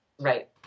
Right